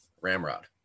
ramrod